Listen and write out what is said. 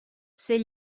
ser